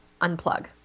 unplug